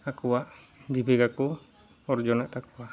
ᱟᱠᱚᱣᱟᱜ ᱡᱤᱵᱤᱠᱟᱠᱚ ᱚᱨᱡᱚᱱᱮᱫ ᱛᱟᱠᱚᱣᱟ